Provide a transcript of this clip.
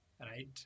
Right